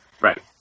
Right